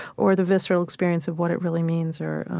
or the visceral experience of what it really means or